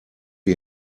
wir